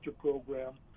program